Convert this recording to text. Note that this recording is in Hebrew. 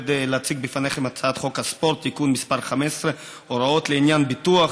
להצעת חוק הספורט (תיקון מס' 15) (הוראות לעניין ביטוח),